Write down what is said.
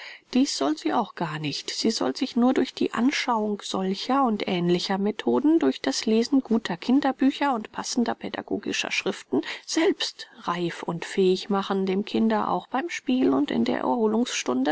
dies soll sie auch gar nicht sie soll sich nur durch die anschauung solcher und ähnlicher methoden durch das lesen guter kinderbücher und passender pädagogischer schriften selbst reif und fähig machen dem kinde auch beim spiel und in der